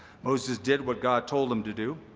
moses did what god told him to do.